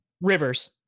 Rivers